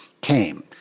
came